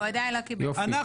אנחנו